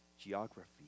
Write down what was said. geography